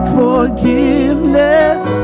forgiveness